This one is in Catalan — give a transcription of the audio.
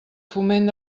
foment